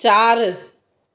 चारि